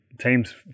teams